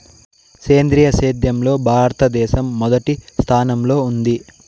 సేంద్రీయ సేద్యంలో భారతదేశం మొదటి స్థానంలో ఉంది